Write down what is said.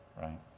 right